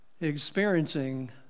experiencing